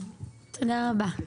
תודה רבה.